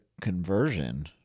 conversion